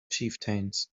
chieftains